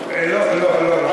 לא לא לא,